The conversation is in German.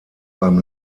beim